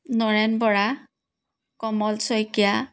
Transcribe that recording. Naren Bora Kamal Saikia